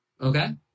Okay